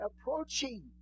approaching